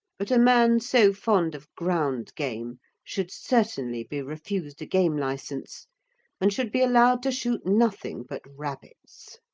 but a man so fond of ground game should certainly be refused a game licence and should be allowed to shoot nothing but rabbits.